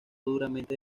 durante